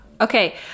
Okay